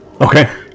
Okay